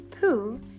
Pooh